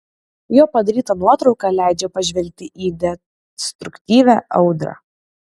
jo padaryta nuotrauka leidžia pažvelgti į destruktyvią audrą